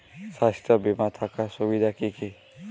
স্বাস্থ্য বিমা থাকার সুবিধা কী কী?